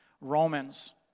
Romans